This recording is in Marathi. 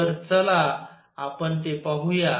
तर चला आपण ते पाहू या